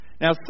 Now